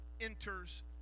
enters